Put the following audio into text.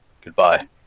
Goodbye